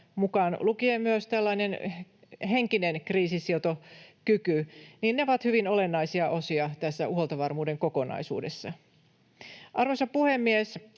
mukaan lukien myös tällainen henkinen kriisinsietokyky, ovat hyvin olennaisia osia tässä huoltovarmuuden kokonaisuudessa. Arvoisa puhemies!